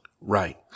right